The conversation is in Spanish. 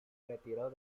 retiró